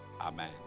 Amen